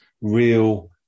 real